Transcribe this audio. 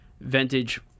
vintage